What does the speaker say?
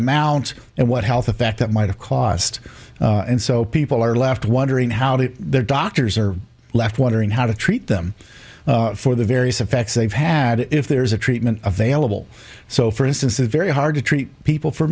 amounts and what health effect that might have cost and so people are left wondering how the doctors are left wondering how to treat them for the various effects they've had if there is a treatment available so for instance it's very hard to treat people for